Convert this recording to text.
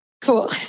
Cool